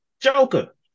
Joker